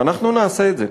ואנחנו נעשה את זה,